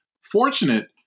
fortunate